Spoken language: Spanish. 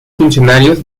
funcionarios